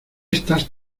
estas